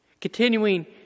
continuing